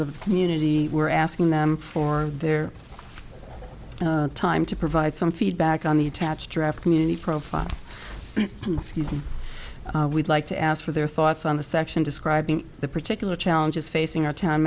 the community we're asking them for their time to provide some feedback on the attached draft community profile in the season we'd like to ask for their thoughts on the section describing the particular challenges facing our t